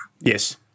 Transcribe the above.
Yes